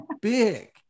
big